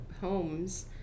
homes